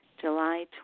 July